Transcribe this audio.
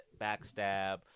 backstab